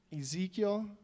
Ezekiel